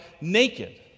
naked